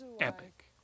Epic